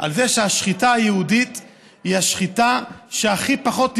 על זה שהשחיטה היהודית היא השחיטה הכי פחות,